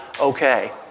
okay